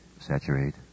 saturate